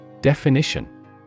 Definition